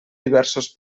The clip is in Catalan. diversos